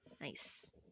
Nice